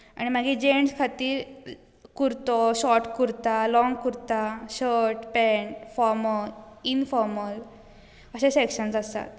आनी मागीर जटंस् खातीर कुर्तो shorts kurta long kurta shirt pant formal informal अशें शेक्सन आसता